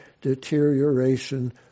deterioration